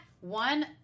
one